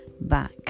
back